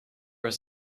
was